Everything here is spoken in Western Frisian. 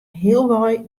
healwei